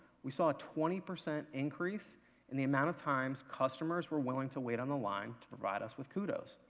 we saw twenty percent increase in the amount of times customers were willing to wait on the line to provide us with kudos.